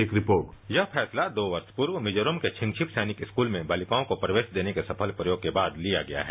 एक रिपोर्ट यह छैसला दो वर्ष पूर्व मिजोरम के छिगंछिप सैनिक स्कूल में बालिकाओं को प्रवेश देने के सफल प्रवोण के बाद लिया गया है